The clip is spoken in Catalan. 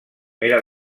era